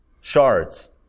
shards